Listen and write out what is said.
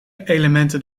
elementen